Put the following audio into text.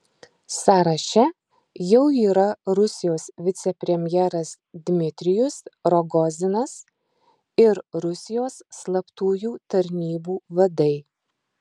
sąraše jau yra rusijos vicepremjeras dmitrijus rogozinas ir rusijos slaptųjų tarnybų vadai